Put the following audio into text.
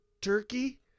Turkey